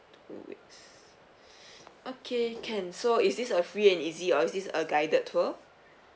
two weeks okay can so is this a free and easy or is this a guided tour